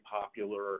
popular